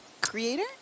creator